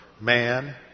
man